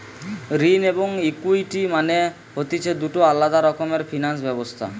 ঋণ এবং ইকুইটি মানে হতিছে দুটো আলাদা রকমের ফিনান্স ব্যবস্থা